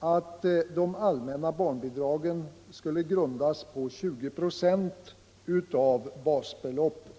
att de allmänna barnbidragen skulle grundas på 20 26 av basbeloppet.